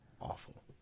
Awful